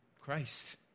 Christ